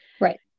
Right